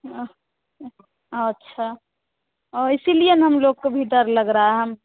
अच्छा और इसीलिए ना हमलोग को भी डर लग रहा है